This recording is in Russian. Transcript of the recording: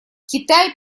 китай